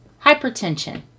hypertension